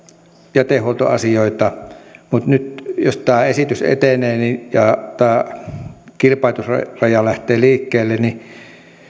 jätehuoltoasioita mutta nyt jos tämä esitys etenee ja tämä kilpailutusraja lähtee liikkeelle niin